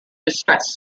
distress